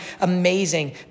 amazing